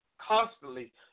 Constantly